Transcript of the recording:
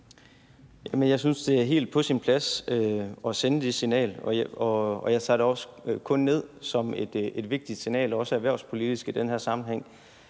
Jeg synes, det er helt på sin plads at sende det signal, og jeg tager det også kun ned som et vigtigt signal, også erhvervspolitisk i den her sammenhæng.